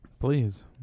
please